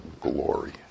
glory